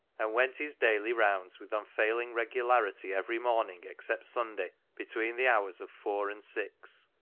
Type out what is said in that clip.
and went his daily rounds with unfailing regularity every morning, except sunday, between the hours of four and six.